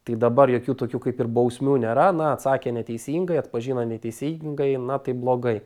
tai dabar jokių tokių kaip ir bausmių nėra na atsakė neteisingai atpažino neteisingai na tai blogai